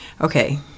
Okay